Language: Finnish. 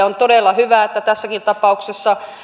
on todella hyvä että tässäkin tapauksessa